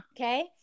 Okay